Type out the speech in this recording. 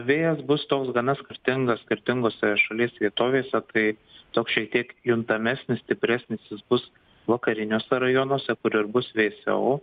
vėjas bus toks gana skirtingas skirtingose šalies vietovėse tai toks šiek tiek juntamesnis stipresnis jis bus vakariniuose rajonuose kur ir bus vėsiau